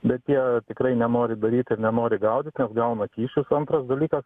bet jie tikrai nenori daryt ir nenori gaudyt nes gauna kyšius antras dalykas